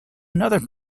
another